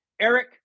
Eric